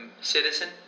citizen